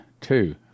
two